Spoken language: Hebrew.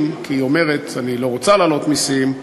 נא לסיים.